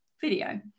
video